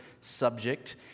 subject